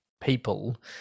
people